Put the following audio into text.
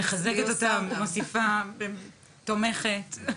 מחזקת אותם, מוסיפה, תומכת.